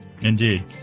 Indeed